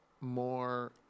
more